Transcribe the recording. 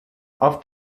auf